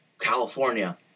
California